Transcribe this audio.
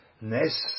Nes